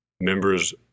members